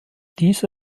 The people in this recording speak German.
diese